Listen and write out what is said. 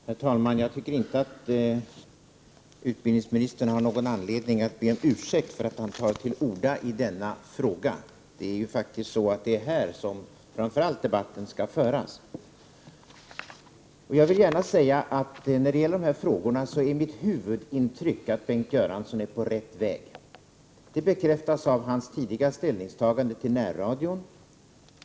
Herr talman! Jag tycker inte att utbildningsministern har någon anledning att be om ursäkt för att han tar till orda i denna fråga. Det är framför allt här som debatten skall föras. Jag vill gärna säga att när det gäller de här frågorna är mitt intryck att Bengt Göransson är på rätt väg. Det bekräftas av hans tidiga ställningstagande till närradion.